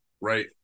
right